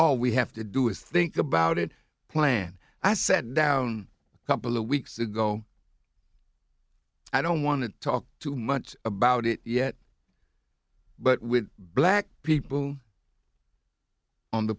all we have to do is think about it plan i sat down a couple of weeks ago i don't want to talk too much about it yet but with black people on the